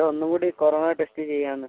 ഒന്നുകൂടി corona test ചെയ്യാമെന്ന്